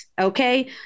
okay